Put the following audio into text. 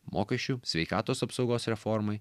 mokesčių sveikatos apsaugos reformai